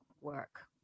work